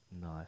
Nice